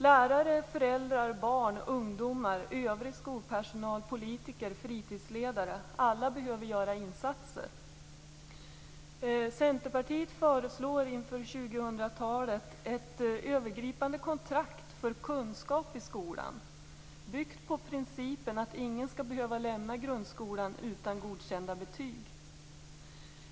Lärare, föräldrar, barn, ungdomar, övrig skolpersonal, politiker, fritidsledare - alla behöver göra insatser. Centerpartiet föreslår inför 2000-talet ett övergripande kontrakt för kunskap i skolan byggt på principen att ingen skall behöva lämna grundskolan utan godkända betyg.